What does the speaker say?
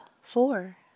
Four